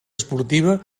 esportiva